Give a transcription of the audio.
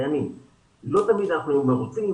לא תמיד אנחנו מרוצים.